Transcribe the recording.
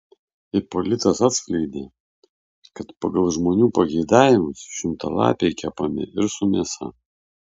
ipolitas atskleidė kad pagal žmonių pageidavimus šimtalapiai kepami ir su mėsa